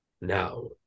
now